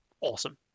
awesome